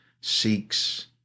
seeks